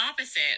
opposite